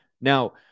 Now